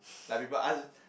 like people ask